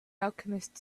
alchemist